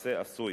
במעשה עשוי.